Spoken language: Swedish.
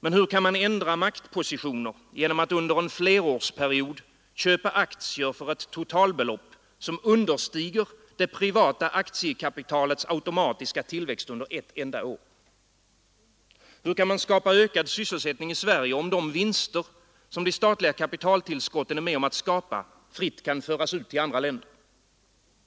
Men hur kan man ändra ——— maktpositioner genom att under en flerårsperiod köpa aktier för ett Allmänna pensionsfondens aktiepla totalbelopp som understiger det privata aktiekapitalets automatiska tillväxt under ett enda år? Hur kan man skapa ökad sysselsättning i Sverige om de vinster som de statliga kapitaltillskotten är med om att skapa fritt kan föras ut till andra länder?